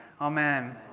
Amen